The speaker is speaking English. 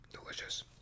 Delicious